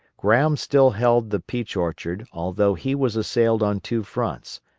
graham still held the peach orchard, although he was assailed on two fronts,